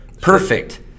Perfect